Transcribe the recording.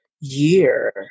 year